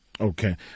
Okay